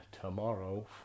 tomorrow